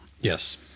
yes